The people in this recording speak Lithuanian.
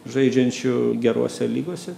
žaidžiančių gerose lygose